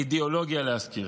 אידיאולוגיה להשכיר.